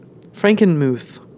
Frankenmuth